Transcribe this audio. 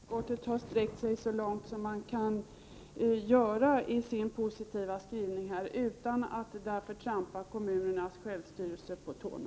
Fru talman! Jag tycker att utskottet har sträckt sig så långt som det är möjligt i sin positiva skrivning utan att därför trampa kommunernas självstyrelse på tårna.